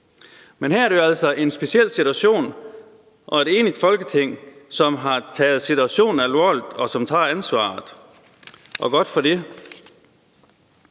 Men her er det altså en speciel situation, og et enigt Folketing har taget situationen alvorligt og tager ansvaret. Og godt for det.